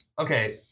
Okay